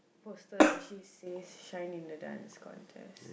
poster actually says shine in the Dance Contest